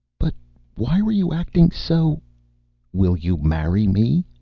but why were you acting so will you marry me?